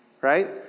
right